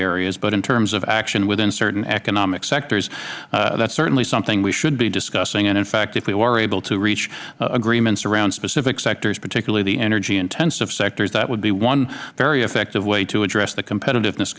areas but in terms of action within certain economic sectors that is certainly something we should be discussing and in fact if we were able to reach agreements around specific sectors particularly the energy intensive sectors that would be one very effective way to address the competitiveness